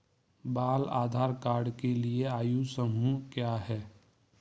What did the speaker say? बाल आधार कार्ड के लिए आयु समूह क्या है?